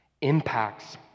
impacts